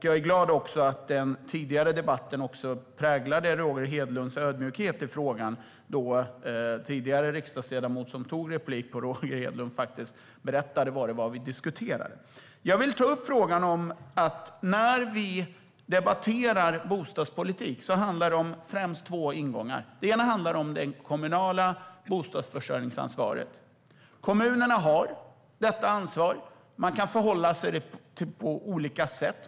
Jag är glad att det tidigare replikskiftet präglades av Roger Hedlunds ödmjukhet då en riksdagsledamot som begärde replik på honom berättade vad det var vi faktiskt diskuterade. När vi debatterar bostadspolitik finns där framför allt två ingångar. Det ena handlar om det kommunala bostadsförsörjningsansvaret. Kommunerna har det ansvaret. Man kan förhålla sig till det på olika sätt.